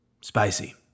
Spicy